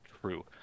true